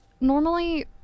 Normally